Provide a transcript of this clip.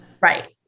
right